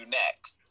next